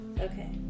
Okay